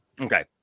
Okay